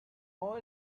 all